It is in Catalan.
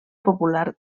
popular